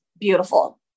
beautiful